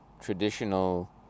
traditional